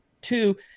Two